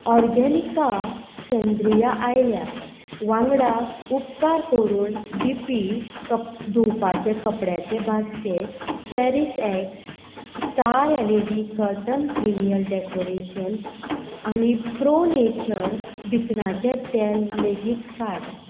Organica सेंद्रिया आयल्या वांगडा उपकार करून डी पी कप धुवपाचे कपड्याचे बास्केट चॅरीशएक्स star L E D curtain premium decoration आनी प्रो नेचर भिकणाचें तेल लेगीत काड